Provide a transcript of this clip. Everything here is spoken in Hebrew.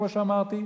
כמו שאמרתי,